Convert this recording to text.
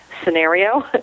scenario